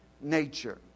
nature